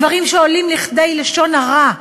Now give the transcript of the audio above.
דברים שעולים כדי לשון הרע.